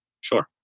sure